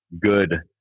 good